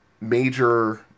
major